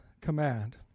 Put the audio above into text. command